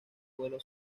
vuelo